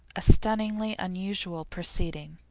a stunningly unusual proceeding.